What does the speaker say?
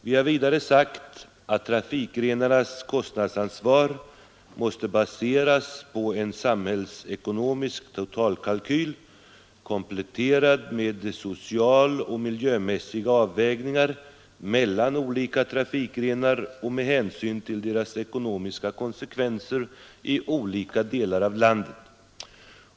Vi har vidare sagt att trafikgrenarnas kostnadsansvar måste baseras på en samhällsekonomisk totalkalkyl, kompletterad med sociala och miljömässiga avvägningar mellan olika trafikgrenar och med hänsyn till deras ekonomiska konsekvenser i olika delar av landet.